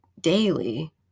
daily